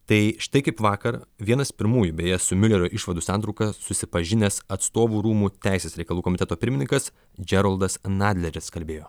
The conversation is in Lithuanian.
tai štai kaip vakar vienas pirmųjų beje su miulerio išvadų santrauka susipažinęs atstovų rūmų teisės reikalų komiteto pirmininkas džeroldas nadleris kalbėjo